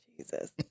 Jesus